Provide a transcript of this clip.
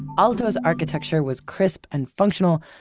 aalto's architecture was crisp and functional,